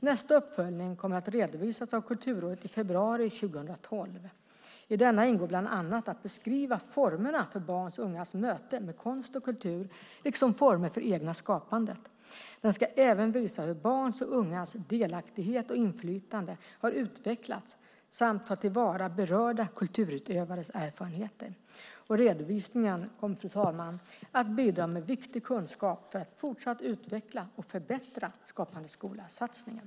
Nästa uppföljning kommer att redovisas av Kulturrådet i februari 2012. I denna ingår bland annat att beskriva formerna för barns och ungas möte med konst och kultur liksom former för det egna skapandet. Den ska även visa hur barns och ungas delaktighet och inflytande har utvecklats samt ta till vara berörda kulturutövares erfarenheter. Redovisningen kommer, fru talman, att bidra med viktig kunskap för att fortsatt utveckla och förbättra Skapande skola-satsningen.